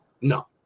No